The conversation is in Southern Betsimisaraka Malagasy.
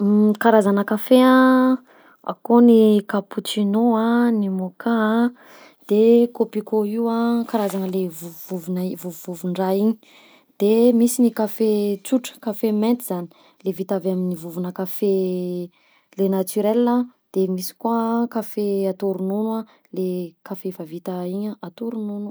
Karazana kafe a: akao ny cappucino a, ny mocha de kopiko io, karazana le vovovovona vovovovon-draha igny, de misy ny kafe tsotra kafe mainty zany le vita avy amy vovona kafe le naturel a, de misy koa kafe atao ronono a le kafe efa vita igny a atao ronono.